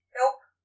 Nope